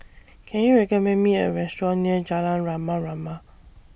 Can YOU recommend Me A Restaurant near Jalan Rama Rama